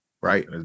Right